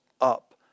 up